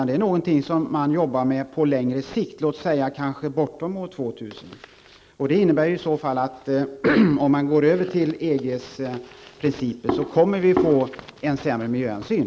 Det är någonting man arbetar med på längre sikt, kanske bortom år 2000. Det innebär i så fall att om vi i Sverige övergår till EGs principer, kommer vi att få en sämre miljöhänsyn.